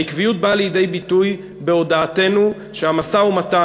העקביות באה לידי ביטוי בהודעתנו שהמשא-ומתן